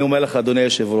אני אומר לך, אדוני היושב-ראש,